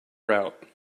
route